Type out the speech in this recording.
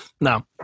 No